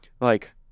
like-